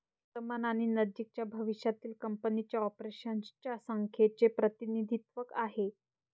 वर्तमान आणि नजीकच्या भविष्यातील कंपनीच्या ऑपरेशन्स च्या संख्येचे प्रतिनिधित्व आहे